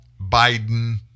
Biden